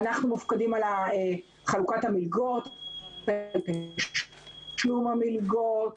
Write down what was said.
אנחנו מופקדים על חלוקת המלגות, רישום המלגות